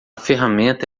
ferramenta